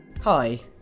Hi